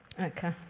Okay